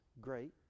great